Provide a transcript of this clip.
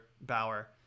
Bauer